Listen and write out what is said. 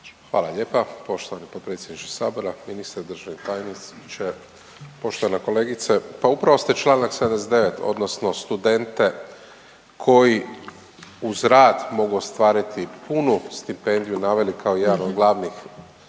Hvala lijepa poštovani potpredsjedniče Sabora, ministre, državni tajniče, poštovana kolegice. Pa upravo ste čl. 79 odnosno studente koji uz rad mogu ostvariti punu stipendiju naveli kao jedan od glavnih